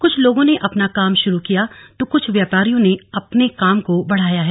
कुछ लोगों ने अपना काम शुरू किया तो कुछ व्यापारियों ने अपने काम को बढ़ाया है